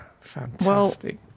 fantastic